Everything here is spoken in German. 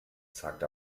sagt